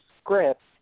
script